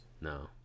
No